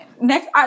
Next